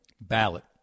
ballot